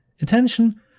attention